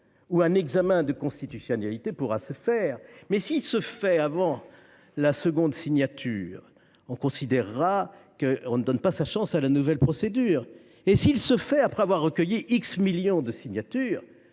où l’examen de constitutionnalité pourra se faire. S’il se fait dès avant la seconde signature, on considérera que l’on ne donne pas sa chance à la nouvelle procédure. S’il se fait après que l’on a recueilli x millions de signatures,